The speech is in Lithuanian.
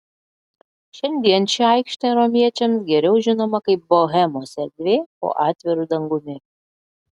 šiandien ši aikštė romiečiams geriau žinoma kaip bohemos erdvė po atviru dangumi